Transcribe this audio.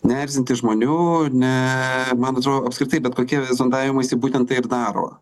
neerzinti žmonių ne man atrodo apskritai bet kokie zondavimaisi būtent tai ir daro